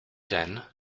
ten